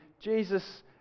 Jesus